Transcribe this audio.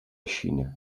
xina